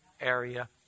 area